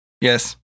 Yes